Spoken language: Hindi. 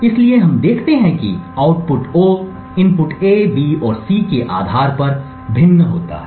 इसलिए हम देखते हैं कि output O input A B और C के आधार पर भिन्न होता है